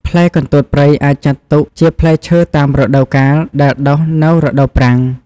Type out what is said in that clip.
ផ្លែកន្ទួតព្រៃអាចចាត់ទុកជាផ្លែឈើតាមរដូវកាលដែលដុះនៅរដូវប្រាំង។